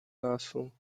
lasu